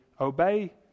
obey